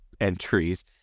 entries